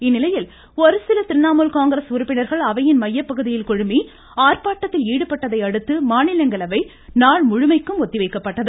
இந்நிலையில் ஒருசில திரிணாமுல் காங்கிரஸ் உறுப்பினர்கள் அவையின் மையப்பகுதியில் குழுமி ஆர்ப்பாட்டத்தில் ஈடுபட்டதை அடுத்து மாநிலங்களவை நாள் முழுமைக்கும் ஒத்திவைக்கப்பட்டது